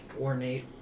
ornate